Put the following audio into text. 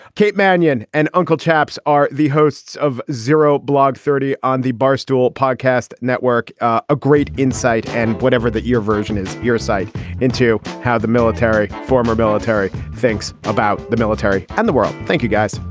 kate manyon and uncle chaps are the hosts of zero blog thirty on the barstool podcast network a great insight and whatever that your version is your site into how the military, former military thinks about the military and the world. thank you, guys.